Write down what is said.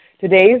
Today's